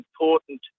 important